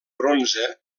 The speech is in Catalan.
bronze